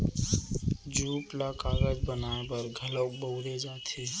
jute ल कागज बनाए बर घलौक बउरे जाथे